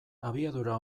abiadura